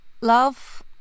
love